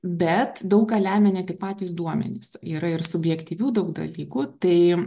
bet daug ką lemia ne tik patys duomenys yra ir subjektyvių daug dalykų tai